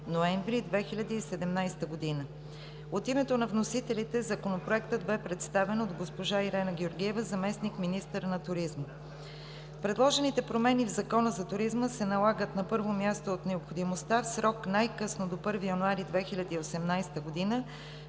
ноември 2017 г. От името на вносителите Законопроектът бе представен от госпожа Ирена Георгиева – заместник-министър на туризма. Предложените промени в Закона за туризма се налагат на първо място от необходимостта в срок най-късно до 1 януари 2018 г.